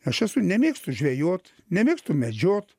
aš esu nemėgstu žvejot nemėgstu medžiot